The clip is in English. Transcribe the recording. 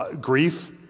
grief